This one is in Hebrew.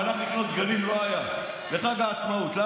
הוא הלך לקנות דגלים לחג העצמאות ולא היה.